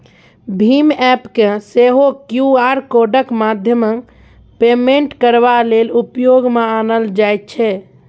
भीम app केँ सेहो QR आर कोडक माध्यमेँ पेमेन्ट करबा लेल उपयोग मे आनल जाइ छै